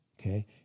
Okay